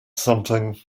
something